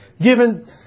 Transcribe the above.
Given